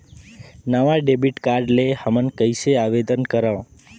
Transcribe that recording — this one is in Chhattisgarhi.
नवा डेबिट कार्ड ले हमन कइसे आवेदन करंव?